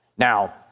Now